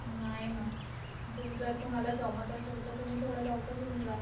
नाही ना तुम जर तुम्हाला जमत असेल तर तुम्ही थोडं लवकर येऊन जा